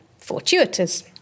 Fortuitous